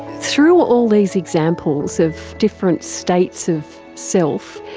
through all these examples of different states of self,